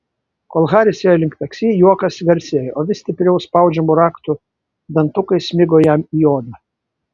kol haris ėjo link taksi juokas garsėjo o vis stipriau spaudžiamų raktų dantukai smigo jam į odą